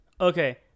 Okay